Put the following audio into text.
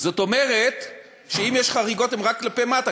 זאת אומרת שאם יש חריגות הן רק כלפי מטה.